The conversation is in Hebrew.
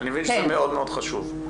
שזה מאוד מאוד חשוב.